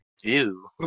Ew